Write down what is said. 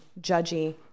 judgy